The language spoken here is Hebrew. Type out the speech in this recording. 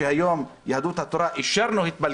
והיום אישרנו ליהדות התורה התפלגות,